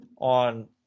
on